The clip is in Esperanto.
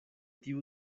tiu